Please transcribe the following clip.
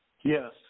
Yes